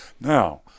Now